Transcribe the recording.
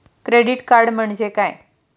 Credit card म्हणजे काय?